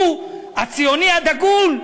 הוא הציוני הדגול,